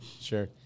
Sure